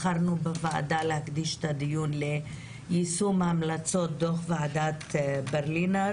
בחרנו להקדיש את הדיון בוועדה ליישום המלצות דו"ח ועדת ברלינר